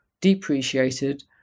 depreciated